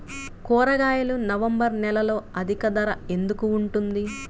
కూరగాయలు నవంబర్ నెలలో అధిక ధర ఎందుకు ఉంటుంది?